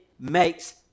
makes